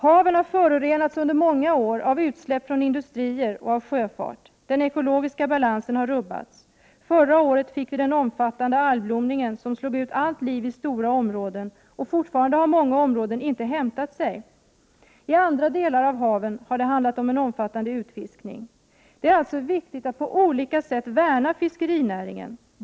Haven har förorenats under många år av utsläpp från industrier och av sjöfart. Den ekologiska balansen har rubbats. Förra året fick vi den omfattande algblomningen som slog ut allt liv i stora områden. Fortfarande har många områden inte hämtat sig. I andra delar av haven har det handlat om en omfattande utfiskning. Det är alltså viktigt att på olika sätt värna om fiskerinäringen.